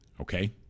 okay